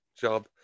job